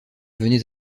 venez